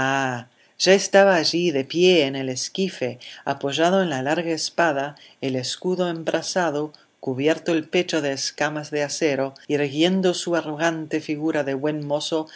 ya estaba allí de pie en el esquife apoyado en larga espada el escudo embrazado cubierto el pecho de escamas de acero irguiendo su arrogante figura de buen mozo